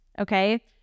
okay